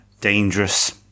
dangerous